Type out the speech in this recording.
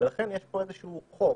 ולכן יש פה איזה שהוא חוק